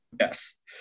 yes